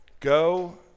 go